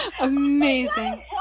amazing